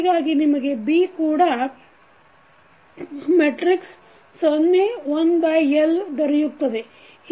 ಹೀಗಾಗಿ ನಿಮಗೆ B ಕೂಡ 0 1L ದೊರೆಯುತ್ತದೆ